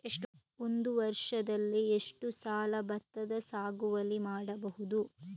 ಒಂದು ವರ್ಷದಲ್ಲಿ ಎಷ್ಟು ಸಲ ಭತ್ತದ ಸಾಗುವಳಿ ಮಾಡಬಹುದು?